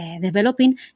developing